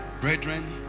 brethren